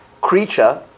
creature